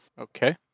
Okay